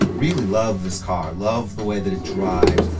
really love this car. love the way that it drives,